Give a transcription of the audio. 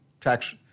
tax